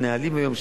נהלים היום,